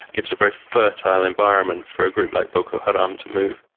gives a very fertile environment for a group like boko haram to move.